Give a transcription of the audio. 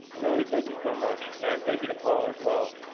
melanie, thank you so much, and thank you to paula as well.